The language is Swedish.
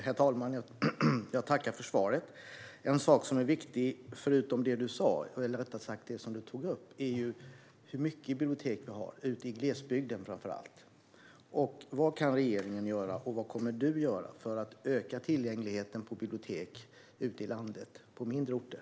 Herr talman! Jag tackar för svaret. En sak som är viktig, förutom det som du tog upp, är hur många bibliotek vi har framför allt ute i glesbygden. Vad kan regeringen göra, och vad kommer du att göra, för att öka tillgängligheten till bibliotek ute i landet på mindre orter?